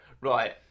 Right